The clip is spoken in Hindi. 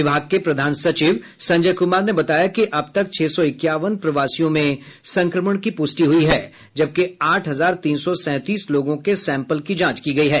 विभाग के प्रधान सचिव संजय कुमार ने बताया कि अब तक छह सौ इक्यावन प्रवासियों में संक्रमण की पुष्टि हुई है जबकि आठ हजार तीन सौ सैंतीस लोगों के सैंपल की जांच की गयी है